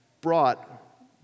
brought